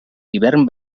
hivern